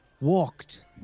walked